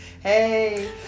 Hey